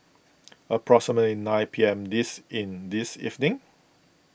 approximately nine P M this in this evening